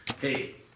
hey